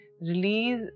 release